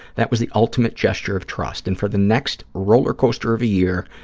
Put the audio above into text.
that was the ultimate gesture of trust, and for the next roller coaster of a year,